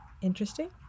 Interesting